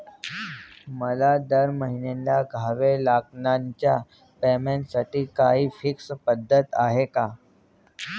मला दरमहिन्याला द्यावे लागणाऱ्या पेमेंटसाठी काही फिक्स पद्धत आहे का?